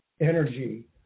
energy